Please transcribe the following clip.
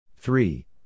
Three